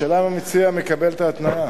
השאלה היא אם המציע מקבל את ההתניה.